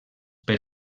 per